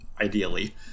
ideally